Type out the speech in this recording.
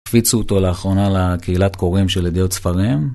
הקפיצו אותו לאחרונה לקהילת קוראים של ידיעות ספרים,